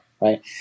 right